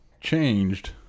changed